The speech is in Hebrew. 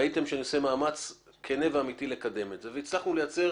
ראיתם שאני עושה מאמץ כן ואמיתי לקדם את זה והצלחנו לייצר,